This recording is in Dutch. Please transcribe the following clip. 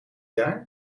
jaar